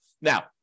now